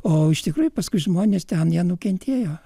o iš tikrųjų paskui žmonės ten jie nukentėjo